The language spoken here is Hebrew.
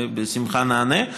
ובשמחה נענה.